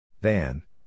Van